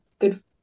good